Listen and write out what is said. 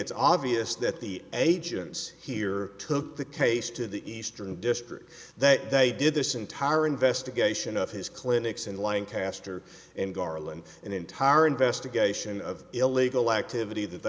it's obvious that the agents here took the case to the eastern district that they did this entire investigation of his clinics in lying castor and garland an entire investigation of illegal activity that they